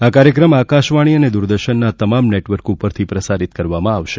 આ કાર્યક્રમ આકાશવાણી અને દુરદર્શનના તમામ નેટવર્ક પર પ્રસારિત કરવામાં આવશે